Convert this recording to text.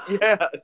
Yes